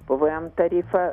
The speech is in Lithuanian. pvm tarifą